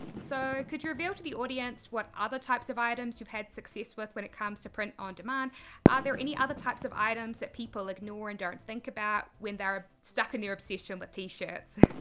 so could you reveal to the audience what other types of items you've had success with when it comes to print on demand? are there any other types of items that people ignore and don't think about when they're stuck in their obsession with t-shirts?